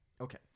Okay